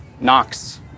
Knox